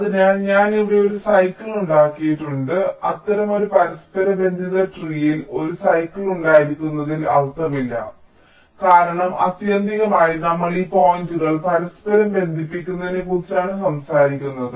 അതിനാൽ ഞാൻ ഇവിടെ ഒരു സൈക്കിൾ ഉണ്ടാക്കിയിട്ടുണ്ട് അതിനാൽ അത്തരമൊരു പരസ്പരബന്ധിത ട്രീൽ ഒരു സൈക്കിൾ ഉണ്ടായിരിക്കുന്നതിൽ അർത്ഥമില്ല കാരണം ആത്യന്തികമായി നമ്മൾ ഈ പോയിന്റുകൾ പരസ്പരം ബന്ധിപ്പിക്കുന്നതിനെക്കുറിച്ചാണ് സംസാരിക്കുന്നത്